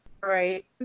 Right